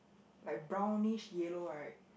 like brownish yellow right